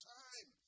time